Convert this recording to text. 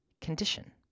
condition